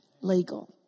legal